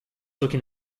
looking